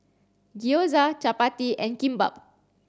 Gyoza Chapati and Kimbap